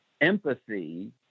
empathy